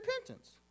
repentance